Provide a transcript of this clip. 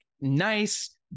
nice